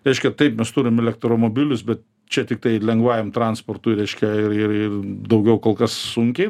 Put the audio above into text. reiškia taip mes turim elektromobilius bet čia tiktai lengvajam transportui reiškia ir ir ir daugiau kol kas sunkiai